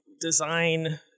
design